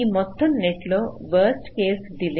ఈ మొత్తం నెట్లో వరస్ట్ కేస్ డిలే